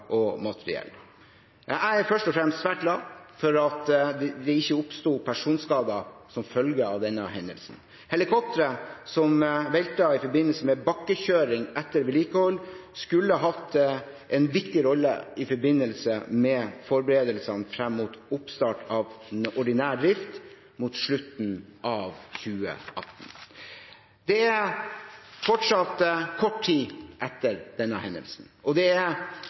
og materiell. Jeg er først og fremst svært glad for at det ikke oppsto personskader som følge av denne hendelsen. Helikopteret som veltet i forbindelse med bakkekjøring etter vedlikehold, skulle hatt en viktig rolle i forbindelse med forberedelsene frem mot oppstart av ordinær drift mot slutten av 2018. Det fortsatte kort tid etter denne hendelsen, og det er uavklart hvordan hendelsen vil påvirke innføringen av de nye helikoptrene. Det